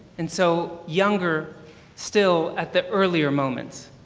and so, younger still at the earlier moment.